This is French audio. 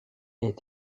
est